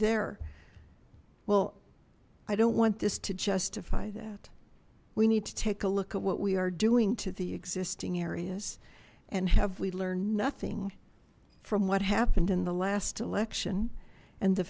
there well i don't want this to justify that we need to take a look at what we are doing to the existing areas and have we learned nothing from what happened in the last election and the